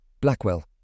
Blackwell